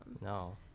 No